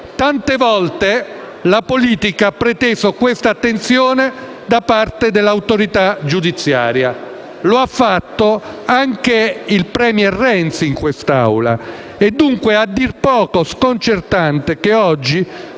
Tante volte la politica ha preteso questa attenzione da parte dell'autorità giudiziaria: lo ha fatto anche il *premier* Renzi in quest'Aula. È dunque a dir poco sconcertante che oggi